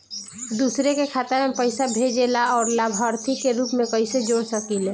दूसरे के खाता में पइसा भेजेला और लभार्थी के रूप में कइसे जोड़ सकिले?